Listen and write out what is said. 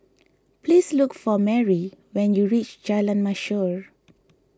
please look for Marie when you reach Jalan Mashhor